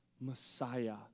Messiah